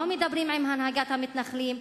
לא מדברים עם הנהגת המתנחלים,